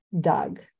dog